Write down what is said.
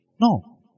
No